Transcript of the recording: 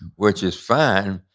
which is fine,